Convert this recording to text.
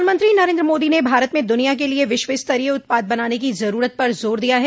प्रधानमंत्री नरेन्द्र मोदी न भारत में दुनिया के लिए विश्व स्तरीय उत्पाद बनाने की जरूरत पर जोर दिया है